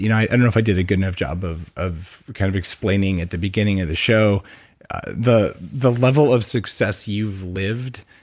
you know i don't know if i did a good enough job of of kind of explaining at the beginning of the show the the level of success you've lived,